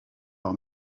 par